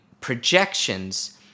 projections